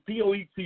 POET